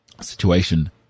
situation